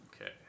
Okay